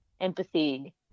empathy